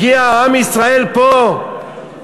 הגיע עם ישראל לפה,